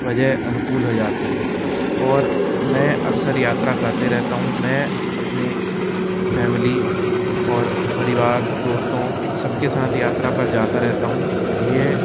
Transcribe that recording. वजह अनुकूल हो जाती है और मैं अक्सर यात्रा करते रहता हूँ मैं अपनी फैमिली और परिवार दोस्तों सब के साथ यात्रा पर जाता रहता हूँ ये